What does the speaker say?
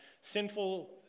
sinful